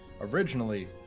originally